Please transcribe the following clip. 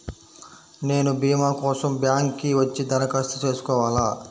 నేను భీమా కోసం బ్యాంక్కి వచ్చి దరఖాస్తు చేసుకోవాలా?